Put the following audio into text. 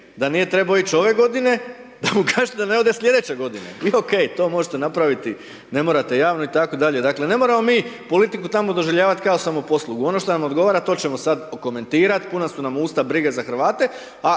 da nije trebao ići ove godine, da mu kažete da ne ode sljedeće godine, i ok, to možete napraviti, ne morate javno i tako dalje, dakle, ne moramo mi politiku tamo doživljavati kao samoposlugu, ono što nam odgovara to ćemo sad komentirat, puna su nam usta brige za Hrvate,